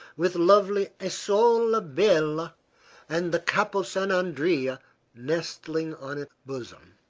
with lovely isola bella and the capo san andrea nestling on its bosom.